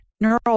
neural